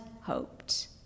hoped